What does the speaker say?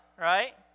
right